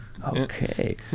Okay